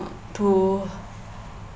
to